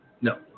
no